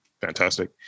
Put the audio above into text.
Fantastic